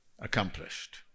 accomplished